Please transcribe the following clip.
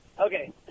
Okay